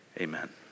Amen